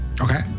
Okay